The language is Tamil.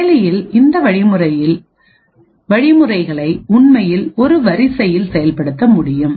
செயலியில் இந்த வழிமுறைகளை உண்மையில் ஒரு வரிசையில் செயல்படுத்த முடியும்